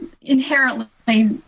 inherently